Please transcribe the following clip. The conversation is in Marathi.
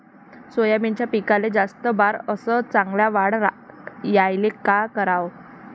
सोयाबीनच्या पिकाले जास्त बार अस चांगल्या वाढ यायले का कराव?